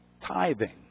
tithing